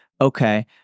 okay